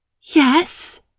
Yes